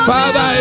Father